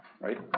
Right